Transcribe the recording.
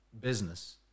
business